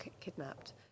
kidnapped